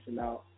out